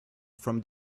from